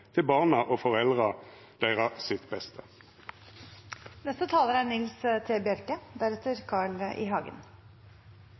til beste for barna og foreldra deira. Det er